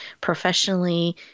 professionally